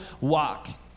walk